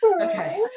Okay